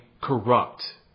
corrupt